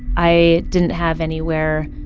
i didn't have anywhere